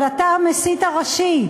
אבל אתה המסית הראשי.